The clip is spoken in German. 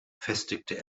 festigte